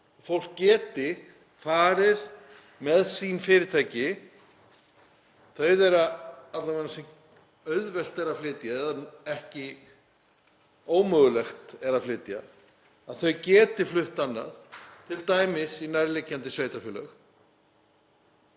fólk geti farið með sín fyrirtæki, þau þeirra alla vega sem auðvelt er að flytja eða ekki ómögulegt, að þau geti flutt annað, t.d. í nærliggjandi sveitarfélög,